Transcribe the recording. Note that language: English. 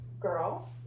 girl